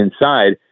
inside